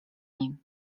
nim